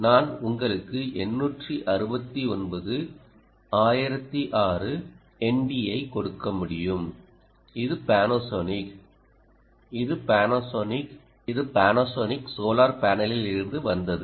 நான் உங்களுக்கு 869 1006 ND ஐ கொடுக்க முடியும் இது பானாசோனிக் இது பானாசோனிக் சோலார் பேனலில் இருந்து வந்தது